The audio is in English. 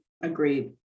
Agreed